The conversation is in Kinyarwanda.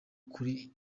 kuri